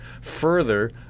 further